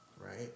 right